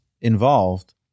involved